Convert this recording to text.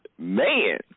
Man